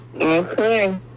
Okay